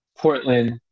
Portland